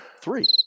Three